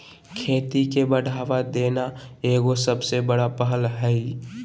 खेती के बढ़ावा देना एगो सबसे बड़ा पहल हइ